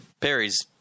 Perry's